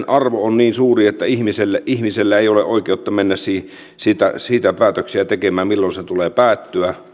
arvo on niin suuri että ihmisellä ei ole oikeutta mennä siitä päätöksiä tekemään milloin sen tulee päättyä